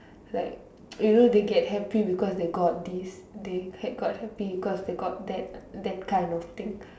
like you know they get happy because they got this they got happy because they got that that kind of thing